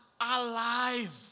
alive